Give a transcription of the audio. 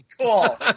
cool